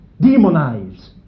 demonize